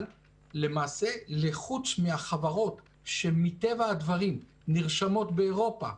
אבל חוץ מהחברות שמטבע הדברים נרשמות באירופה,